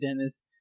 Dennis